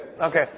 Okay